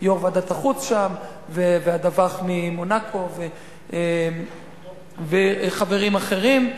יושב-ראש ועדת החוץ שם והדווח ממונקו וחברים אחרים.